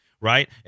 right